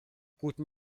guten